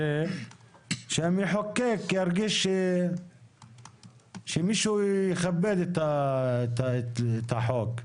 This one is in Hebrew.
שהמחוקק ירגיש שמישהו יכבד את החוק?